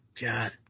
God